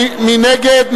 מי נגד?